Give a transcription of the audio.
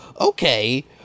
okay